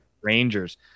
Rangers